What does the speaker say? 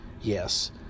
yes